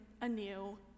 anew